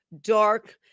dark